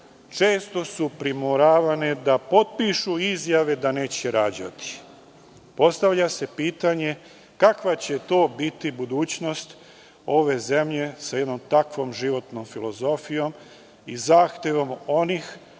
Često su primoravane da potpišu izjave da neće rađati. Postavlja se pitanje - kakva će to biti budućnost ove zemlje sa jednom takvom životnom filozofijom i zahtevom onih